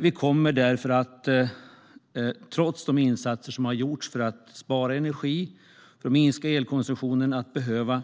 Vi kommer därför, trots insatser som görs för att spara el och minska elkonsumtion, att behöva